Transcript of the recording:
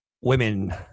women